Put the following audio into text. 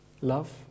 love